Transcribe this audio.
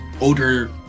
older